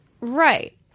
right